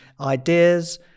ideas